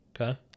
Okay